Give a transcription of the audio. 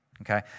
okay